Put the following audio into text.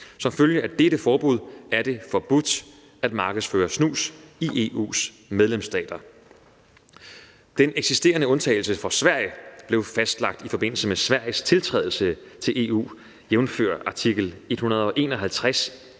Som følge af dette forbud er det forbudt at markedsføre snus i EU's medlemsstater. Den eksisterende undtagelse for Sverige blev fastlagt i forbindelse med Sveriges tiltrædelse af EU, jævnfør artikel 151